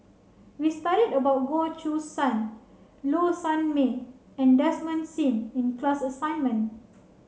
we studied about Goh Choo San Low Sanmay and Desmond Sim in class assignment